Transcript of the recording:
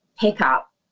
pickup